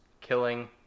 killing